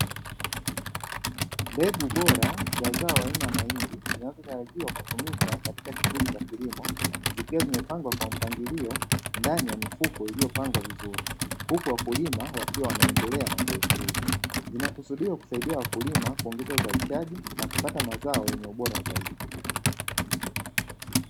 Mbegu bora za zao aina ya mahindi zinazotarajiwa kutumika katika shughuli za kilimo zikiwa zimepandwa kwa mpangilio ndani ya mifuko iliyopangwa vizuri, huku wakulima wakiwa wanaendelea na zoezi hili. Linakusudiwa kusaidia wakulima kuongeza uzalishaji nakupata mazao yenye ubora zaidi.